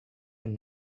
and